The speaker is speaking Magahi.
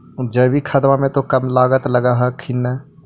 जैकिक खदबा मे तो कम लागत लग हखिन न?